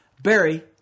Barry